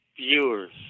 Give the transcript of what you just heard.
viewers